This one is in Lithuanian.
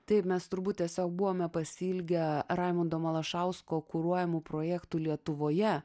taip mes turbūt tiesiog buvome pasiilgę raimundo malašausko kuruojamų projektų lietuvoje